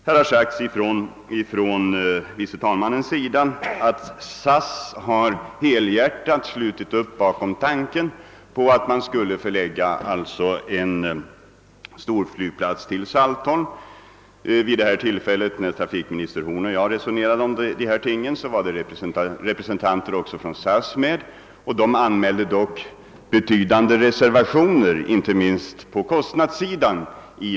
Herr andre vice talmannen Cassel sade att SAS helhjärtat hade slutit upp bakom tanken på att förlägga storflygplatsen till Saltholm, men när trafikminister Horn och jag talade om dessa ting var också representanter för SAS med, och de anmälde då reservationer inte minst på kostnadssidan.